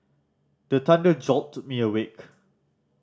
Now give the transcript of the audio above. the thunder jolt me awake